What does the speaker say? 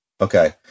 Okay